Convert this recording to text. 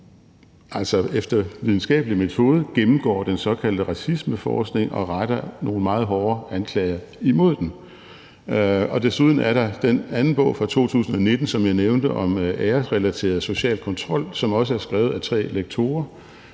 efter videnskabelig metode den såkaldte racismeforskning og retter nogle meget hårde anklager imod den. Desuden er der den anden bog, som jeg nævnte, fra 2019 om æresrelateret social kontrol, som også er skrevet af tre lektorer